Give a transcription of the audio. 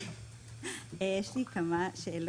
יש לי כמה שאלות.